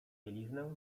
bieliznę